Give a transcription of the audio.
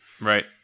Right